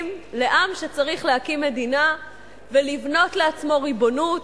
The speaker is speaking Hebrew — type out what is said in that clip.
לעם שצריך להקים מדינה ולבנות לעצמו ריבונות